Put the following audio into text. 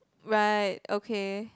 right okay